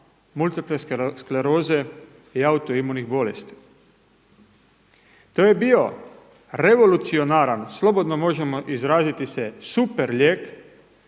multipla skleroze i autoimunih bolesti. To je bio revolucionaran, slobodno možemo izraziti se super lijek